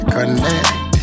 Connect